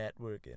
networking